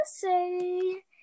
say